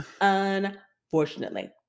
Unfortunately